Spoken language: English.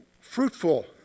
fruitful